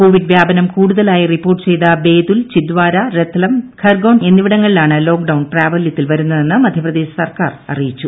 Covid വ്യാപനം കൂടുതലായി report ചെയ്ത ബേതുൽ ചിദ്വാര രത്ലം ഖർഗോൺ എന്നിവിടങ്ങളിലാണ് ലോക്ഡൌൺ പ്രാബലൃത്തിൽ വരുന്നതെന്ന് മധ്യപ്രദേശ് സർക്കാർ അറിയിച്ചു